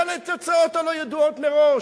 אבל התוצאות הלוא ידועות מראש.